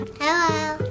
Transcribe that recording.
Hello